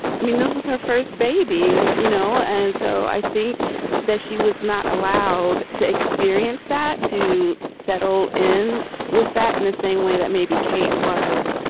i mean, this is our first baby there, but you know. and so i think that she was not allowed to experience that, to settle in with that in the same way that maybe kate was.